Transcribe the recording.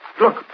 Look